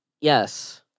Yes